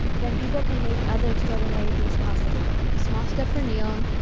then people can make other extraordinary things possible. a small step for neil,